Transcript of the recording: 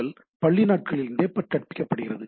L பள்ளி நாட்களிலிருந்தே கற்பிக்கப்படுகிறது